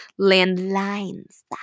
landlines